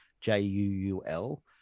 J-U-U-L